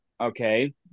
Okay